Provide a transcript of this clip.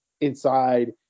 inside